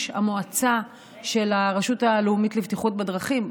המועצה של הרשות הלאומית לבטיחות בדרכים.